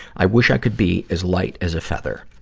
i wish i could be as light as a feather.